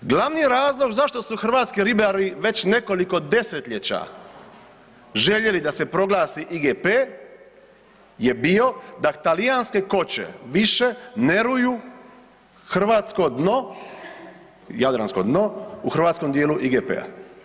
Glavni razlog zašto su hrvatski ribari već nekoliko desetljeća željeli da proglasi IGP je bio da talijanske koče više ne ruju hrvatsko dno, jadransko dno u hrvatskom dijelu IGP-a.